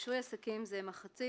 ברישוי עסקים זה מחצית